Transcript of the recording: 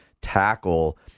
tackle